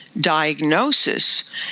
diagnosis